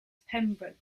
pembroke